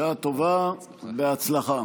בשעה טובה ובהצלחה.